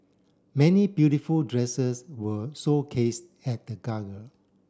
many beautiful dresses were showcased at the gala